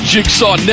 Jigsaw